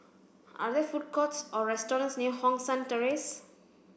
are there food courts or restaurants near Hong San Terrace